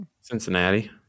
Cincinnati